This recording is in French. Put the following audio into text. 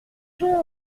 jouons